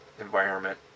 environment